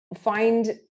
find